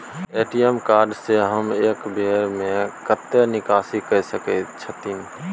ATM card से हम एक बेर में कतेक निकासी कय सके छथिन?